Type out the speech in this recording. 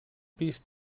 pis